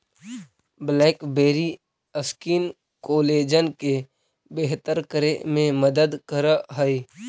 blackberry skin collagen के बेहतर करे में मदद करऽ हई